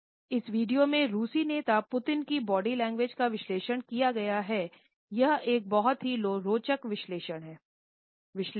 इस वीडियो में रूसी नेता पुतिन की बॉडी लैंग्वेज का विश्लेषण किया गया है और यह एक बहुत ही रोचक विश्लेषण है